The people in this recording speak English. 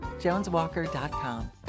JonesWalker.com